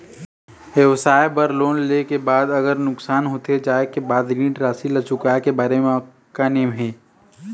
व्यवसाय बर लोन ले के बाद अगर नुकसान होथे जाय के बाद ऋण राशि ला चुकाए के बारे म का नेम हे?